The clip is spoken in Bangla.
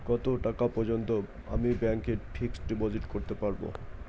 কত টাকা পর্যন্ত আমি ব্যাংক এ ফিক্সড ডিপোজিট করতে পারবো?